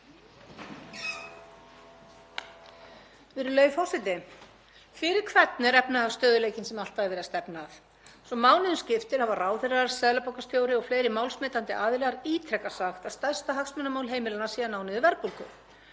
Fyrir hvern er efnahagsstöðugleikinn sem alltaf er verið að stefna að? Svo mánuðum skiptir hafa ráðherrar, seðlabankastjóri og fleiri málsmetandi aðilar ítrekað sagt að stærsta hagsmunamál heimilanna sé að ná niður verðbólgu.